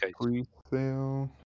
pre-sale